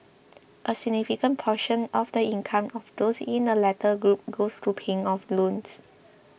a significant portion of the income of those in the latter group goes to paying off loans